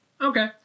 okay